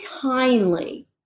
timely